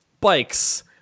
bikes